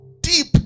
Deep